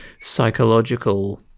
psychological